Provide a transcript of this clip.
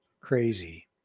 crazy